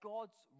God's